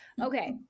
okay